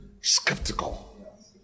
skeptical